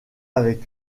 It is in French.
avec